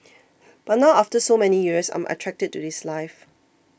but now after so many years I'm attracted to this life